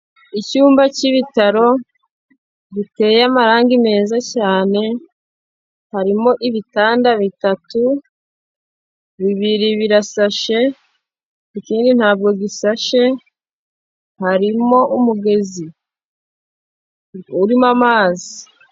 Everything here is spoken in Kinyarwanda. Icyumba k'ibitaro, giteye amarangi meza cyane, harimo ibitanda bitatu, bibiri birasashe, ikindi ntabwo gisashe, harimo umugezi urimo amazi.